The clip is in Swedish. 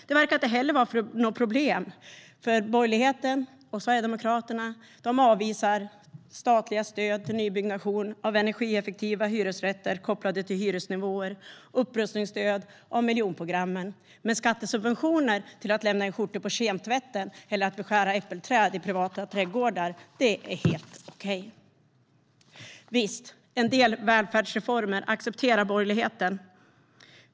Det verkar inte heller vara något problem för borgerligheten och Sverigedemokraterna. De avvisar statliga stöd till nybyggnation av energieffektiva hyresrätter kopplade till hyresnivåer och stöd till upprustning av miljonprogrammen. Men skattesubventioner för att lämna in skjortor på kemtvätten eller beskära äppelträd i privata trädgårdar, det är helt okej. Visst, en del välfärdsreformer accepterar borgerligheten.